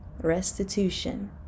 restitution